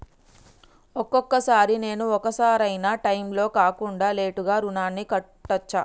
ఒక్కొక సారి నేను ఒక సరైనా టైంలో కాకుండా లేటుగా రుణాన్ని కట్టచ్చా?